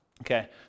Okay